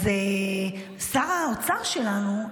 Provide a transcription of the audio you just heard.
אז שר האוצר שלנו,